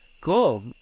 cool